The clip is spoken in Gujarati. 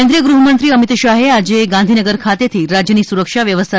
કેન્દ્રિય ગૃહમંત્રી અમિત શાહે આજે ગાંધીનગર ખાતેથી રાજ્યની સુરક્ષા વ્યવસ્થા